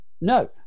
No